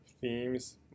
themes